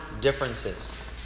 differences